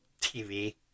TV